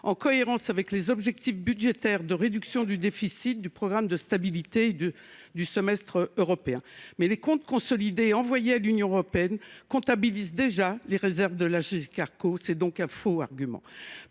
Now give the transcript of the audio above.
en cohérence avec les objectifs budgétaires de réduction du déficit qui découlent du programme de stabilité et du semestre européen. Pourtant, les comptes consolidés envoyés à l’Union européenne comptabilisent déjà les réserves de l’Agirc Arrco. C’est donc un faux argument.